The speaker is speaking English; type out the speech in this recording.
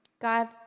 God